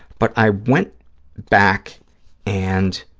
but i went back and